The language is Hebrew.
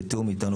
בתיאום איתנו,